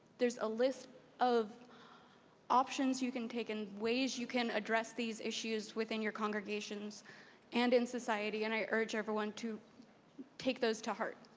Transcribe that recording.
there's a list of options you can take and ways you can address these issues within your congregations and in society, and i urge everyone to take those to heart.